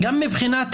גם מבחינת